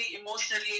emotionally